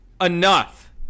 Enough